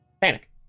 Panic